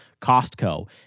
Costco